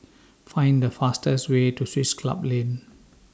Find The fastest Way to Swiss Club Lane